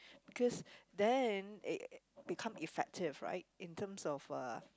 because there in become effective right in terms of uh